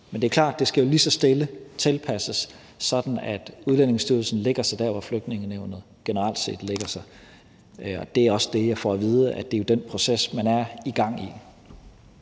Men det er klart, at det jo lige så stille skal tilpasses, sådan at Udlændingestyrelsen lægger sig der, hvor Flygtningenævnet generelt set ligger. Det er også det, jeg får at vide: Det er den proces, man er i gang